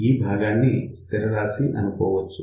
ఈ భాగాన్ని స్థిరరాశి అనుకోవచ్చు